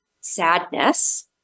sadness